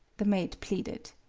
the maid pleaded.